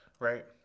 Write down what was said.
Right